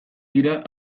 dira